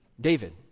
David